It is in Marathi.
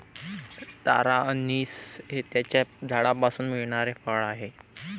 तारा अंनिस हे त्याच्या झाडापासून मिळणारे फळ आहे